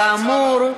כאמור,